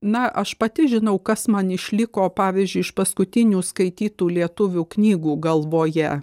na aš pati žinau kas man išliko pavyzdžiui iš paskutinių skaitytų lietuvių knygų galvoje